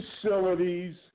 facilities